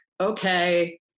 okay